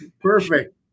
Perfect